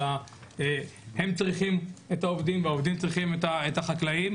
אבל הם צריכים את העובדים והעובדים צריכים את החקלאים,